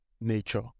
nature